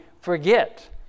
forget